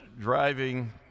driving